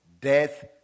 Death